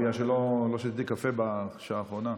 בגלל שלא שתיתי קפה בשעה האחרונה.